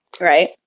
right